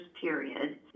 period